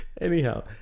Anyhow